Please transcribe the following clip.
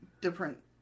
different